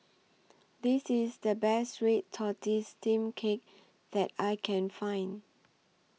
This IS The Best Red Tortoise Steamed Cake that I Can Find